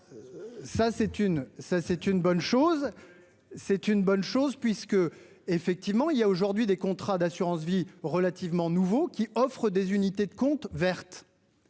C'est une bonne chose, puisque effectivement il y a aujourd'hui des contrats d'assurance-vie relativement nouveau qui offrent des unités de compte verte.